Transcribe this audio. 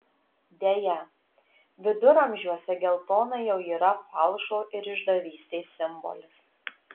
deja viduramžiuose geltona jau yra falšo ir išdavystės simbolis